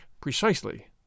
Precisely